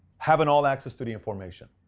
having all access to the information?